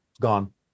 gone